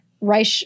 Reich